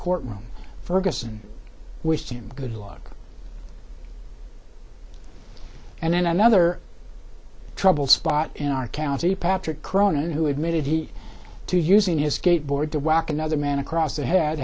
courtroom ferguson wished him good luck and then another trouble spot in our county patrick cronin who admitted he too using his skateboard to whack another man across the head